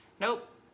Nope